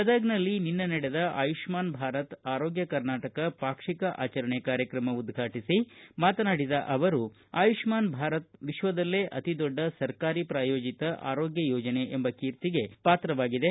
ಗದಗನಲ್ಲಿ ನಿನ್ನೆ ನಡೆದ ಆಯುಷ್ಣಾನ್ ಭಾರತ್ ಆರೋಗ್ಟ ಕರ್ನಾಟಕ ಪಾಕ್ಷಿಕ ಆಚರಣೆ ಕಾರ್ಯಕ್ರಮ ಉದ್ಘಾಟಿಸಿ ಮಾತನಾಡಿದ ಅವರು ಆಯುಷ್ಟಾನ್ ಭಾರತ್ ವಿಶ್ವದಲ್ಲೇ ಅತಿದೊಡ್ಡ ಸರಕಾರಿ ಪ್ರಾಯೋಜಿತ ಆರೋಗ್ಗ ಯೋಜನೆ ಎಂಬ ಕೀರ್ತಿಗೆ ಪಾತ್ರವಾಗಿದೆ